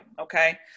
Okay